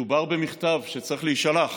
מדובר במכתב שצריך להישלח